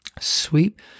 sweep